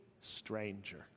stranger